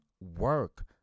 work